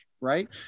Right